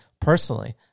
personally